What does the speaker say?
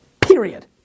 Period